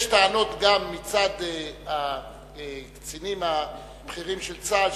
יש טענות גם מצד הקצינים הבכירים של צה"ל,